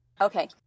Okay